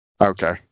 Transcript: Okay